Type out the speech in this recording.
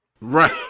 Right